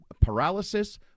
paralysis